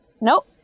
Nope